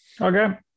Okay